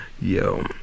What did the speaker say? Yo